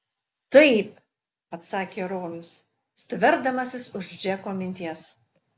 taip atsakė rojus stverdamasis už džeko minties